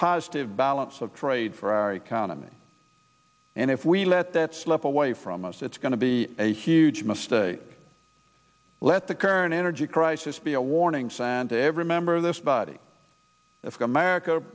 positive balance of trade for our economy and if we let that slip away from us it's going to be a huge mistake let the current energy crisis be a warning santa every member of this body of america